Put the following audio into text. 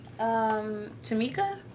Tamika